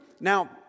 Now